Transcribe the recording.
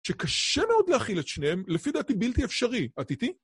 שקשה מאוד להכיל את שניהם, לפי דעתי בלתי אפשרי. את איתי?